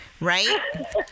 Right